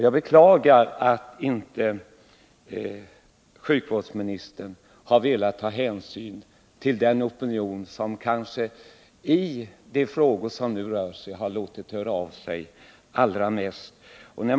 Jag beklagar att sjukvårdsministern här inte velat ta hänsyn till den opinion som låtit höra av sig kanske allra mest i de frågor som det gäller.